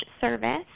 service